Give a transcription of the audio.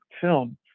film